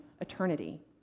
eternity